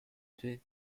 deux